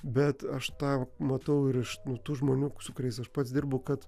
bet aš tą matau ir iš nu tų žmonių su kuriais aš pats dirbu kad